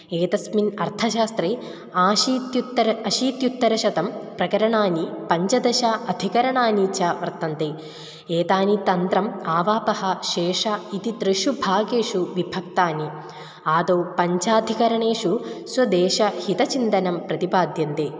एतस्मिन् अर्थशास्त्रे अशीत्युत्तरम् अशीत्युत्तरशतं प्रकरणानि पञ्चदश अधिकरणानि च वर्तन्ते एतानि तन्त्रम् आवापः शेषः इति त्रिषु भागेषु विभक्तानि आदौ पञ्चाधिकरणेषु स्वदेशहितचिन्तनं प्रतिपाद्यन्ते